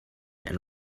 and